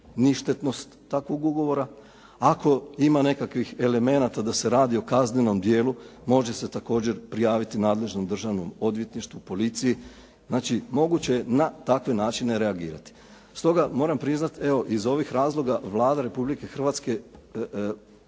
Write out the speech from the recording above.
ništetnost takvog ugovora. Ako ima nekakvih elemenata da se radi o kaznenom djelu, može se također prijaviti nadležnom državnom odvjetništvu, policiji, znači moguće je takve načine reagirati. Stoga moram priznat evo iz ovih razloga Vlada Republike Hrvatske ne